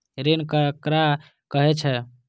ऋण ककरा कहे छै?